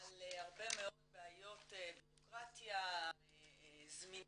הרבה מאוד בעיות בירוקרטיה, זמינות,